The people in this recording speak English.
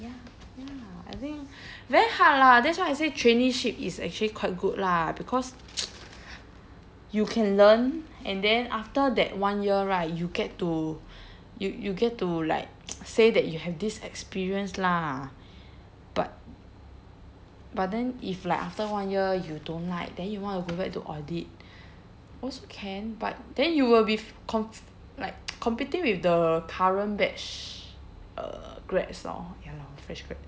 ya ya I think very hard lah that's why I say traineeship is actually quite good lah because you can learn and then after that one year right you get to you you get to like say that you have this experience lah but but then if like after one year you don't like then you want to go back to audit also can but then you will be f~ conf~ like competing with the current batch uh grads lor ya lor fresh grad